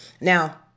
Now